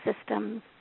systems